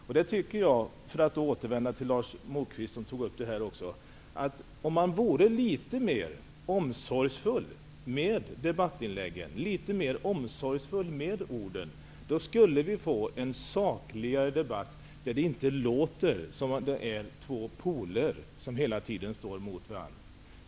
Jag vill säga -- för att återvända till Lars Moquist, som tog upp detta -- att om man vore litet mer omsorgsfull med debattinläggen och med orden, skulle vi få en sakligare debatt, där det inte hela tiden låter som om två poler står mot varandra.